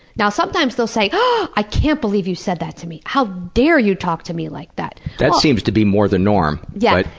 sometimes they'll say, oh! i can't believe you said that to me. how dare you talk to me like that! that seems to be more the norm. yeah,